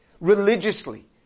religiously